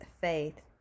faith